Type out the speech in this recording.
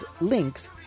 links